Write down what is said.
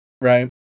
Right